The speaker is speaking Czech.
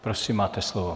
Prosím, máte slovo.